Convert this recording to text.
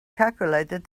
calculated